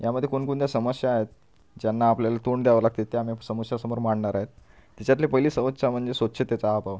यामध्ये कोणकोणत्या समस्या आहेत ज्यांना आपल्याला तोंड द्यावं लागते त्या मी समस्या समोर मांडणार आहे त्याच्यातली पहिली सवच्छा म्हणजे स्वच्छतेचा अभाव